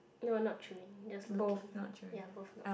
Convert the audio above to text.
no not true just looking ya both not